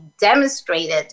demonstrated